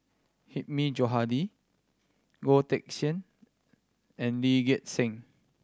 Hilmi Johandi Goh Teck Sian and Lee Gek Seng